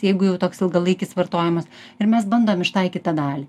tai jeigu jau toks ilgalaikis vartojimas ir mes bandom ištaikyt tą dalį